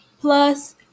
plus